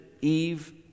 Eve